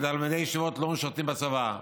כי תלמידי ישיבות לא משרתים בצבא,